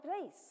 place